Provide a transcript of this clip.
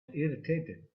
irritated